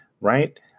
right